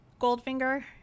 goldfinger